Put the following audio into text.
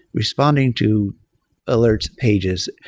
responding to alerts pages,